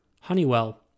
Honeywell